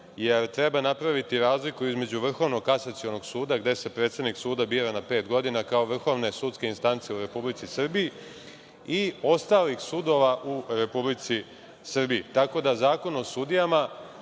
jer treba napraviti razliku između Vrhovnog kasacionog suda, gde se predsednik suda bira na pet godina kao vrhovne sudske instance u Republici Srbiji, i ostalih sudova u Republici Srbiji. Tako da, Zakon o sudijama,